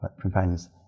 companions